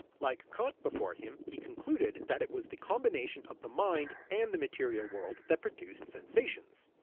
like kant before him, he concluded that it was the combination of the mind and the material world that produced sensations.